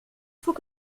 faut